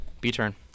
B-turn